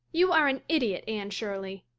you are an idiot, anne shirley!